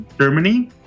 Germany